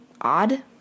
odd